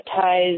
ties